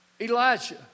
Elijah